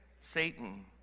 Satan